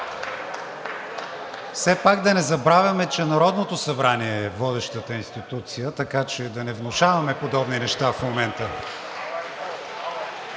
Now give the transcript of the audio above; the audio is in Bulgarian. Все пак да не забравяме, че Народното събрание е водещата институция, така че да не внушаваме подобни неща в момента.